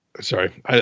sorry